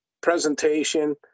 presentation